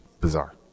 bizarre